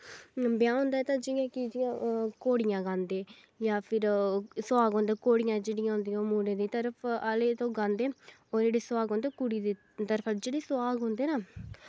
ब्याह् होंदा ऐ जियां कि जियां घोड़ियां गांदे जां फिर सुहाग होंदे घोड़ियां जेह्ड़ियां होंदियां ओहि मुड़े दी तरफ आह्लें तो गांदे और ओह् जेह्ड़े सोहाग होंदे ओह् कुड़ी दी तरफ दा जेह्ड़े सोहाग होंदे ना